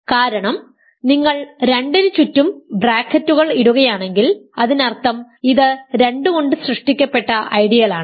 കാരണം നിങ്ങൾ 2 ന് ചുറ്റും ബ്രാക്കറ്റുകൾ ഇടുകയാണെങ്കിൽ അതിനർത്ഥം ഇത് 2 കൊണ്ട് സൃഷ്ടിക്കപ്പെട്ട ഐഡിയലാണ്